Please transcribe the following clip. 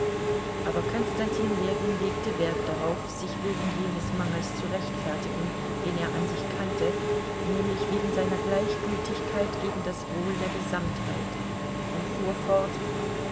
aber konstantin ljewin legte wert darauf sich wegen jenes mangels zu rechtfertigen den er an sich kannte nämlich wegen seiner gleichgültigkeit gegen das wohl der gesamtheit und fuhr fort